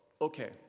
Okay